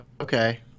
okay